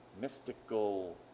mystical